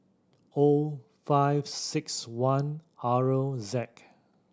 O five six one R Z